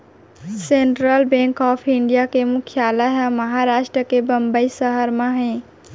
central bank of India के मुख्यालय ह महारास्ट के बंबई सहर म हे